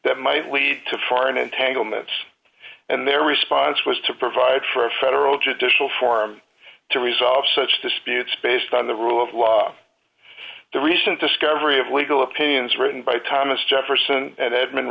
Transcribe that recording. that might lead to foreign entanglements and their response was to provide for a federal judicial forum to resolve such disputes based on the rule of law the recent discovery of legal opinions written by thomas jefferson and edmund